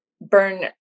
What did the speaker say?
burn